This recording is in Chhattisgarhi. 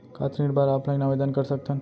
का ऋण बर ऑफलाइन आवेदन कर सकथन?